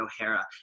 O'Hara